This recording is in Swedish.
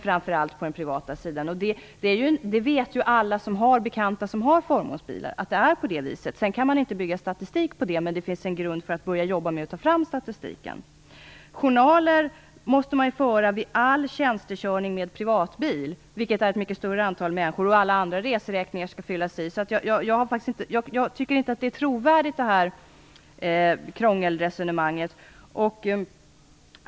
Framför allt sker det på den privata sidan. Alla som har bekanta som har förmånsbilar vet att det är så, även om man inte kan bygga upp någon statistik på det. Det finns dock en grund så att man kan börja jobba med att ta fram statistik. Journal måste föras vid all tjänstekörning med privatbil. Det gäller ett mycket större antal människor än de som har förmånsbil. Reseräkningar skall också fyllas i. Jag tycker inte att resonemanget om krångel är trovärdigt.